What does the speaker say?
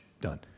Done